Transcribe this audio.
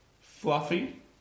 fluffy